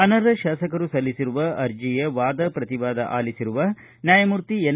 ಅನರ್ಹ ಶಾಸಕರು ಸಲ್ಲಿಸಿರುವ ಅರ್ಜಿಯ ವಾದ ಪ್ರತಿವಾದ ಆಲಿಸಿರುವ ನ್ಯಾಯಮೂರ್ತಿ ಎನ್